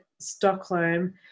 Stockholm